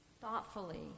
thoughtfully